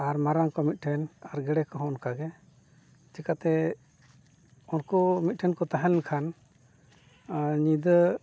ᱟᱨ ᱢᱟᱨᱟᱝ ᱠᱚ ᱢᱤᱫᱴᱷᱮᱱ ᱟᱨ ᱜᱮᱰᱮ ᱠᱚᱦᱚᱸ ᱚᱱᱠᱟᱜᱮ ᱪᱤᱠᱟᱹᱛᱮ ᱩᱱᱠᱩ ᱢᱤᱫᱴᱷᱮᱱ ᱠᱚ ᱛᱟᱦᱮᱸ ᱞᱮᱠᱷᱟᱱ ᱧᱤᱫᱟᱹ